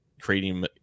creating